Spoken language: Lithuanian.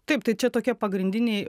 taip tai čia tokie pagrindiniai